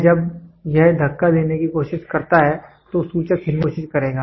यह जब यह धक्का देने की कोशिश करता है तो सूचक हिलने की कोशिश करेगा